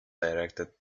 directed